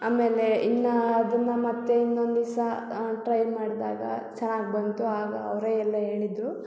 ಆಮೇಲೆ ಇನ್ನೂ ಅದನ್ನು ಮತ್ತೆ ಇನ್ನೊಂದು ದಿವಸ ಟ್ರೈ ಮಾಡಿದಾಗ ಚೆನ್ನಾಗಿ ಬಂತು ಆಗ ಅವರೇ ಎಲ್ಲ ಹೇಳಿದರು